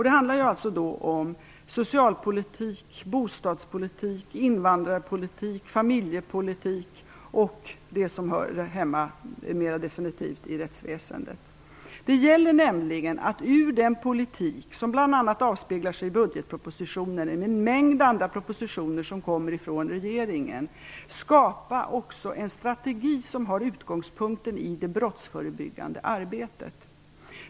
Det handlar om socialpolitik, bostadspolitik, invandrarpolitik, familjepolitik och det som mera definitivt hör hemma i rättsväsendet. Det gäller att med utgångspunkt i den politik som bl.a. avspeglar sig i budgetpropositionen men även i en mängd andra propositioner från regeringen skapa också en strategi för det brottsförebyggande arbetet.